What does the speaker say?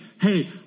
hey